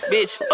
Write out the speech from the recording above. Bitch